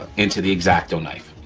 into the x-acto knife.